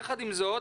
יחד עם זאת,